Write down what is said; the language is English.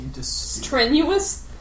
Strenuous